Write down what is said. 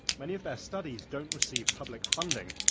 many of their studies don't receive public funding,